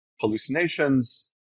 hallucinations